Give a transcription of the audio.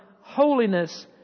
holiness